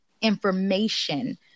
information